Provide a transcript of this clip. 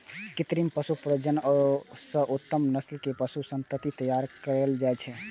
कृत्रिम पशु प्रजनन सं उत्तम नस्लक पशु संतति तैयार कएल जाइ छै